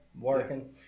working